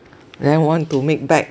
then want to make back